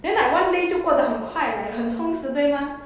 then like one day 就过得很快 like 很充实对吗